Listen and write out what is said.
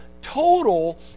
total